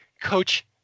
coach